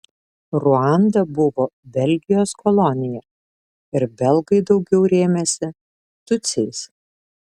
ruanda buvo belgijos kolonija ir belgai daugiau rėmėsi tutsiais